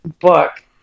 book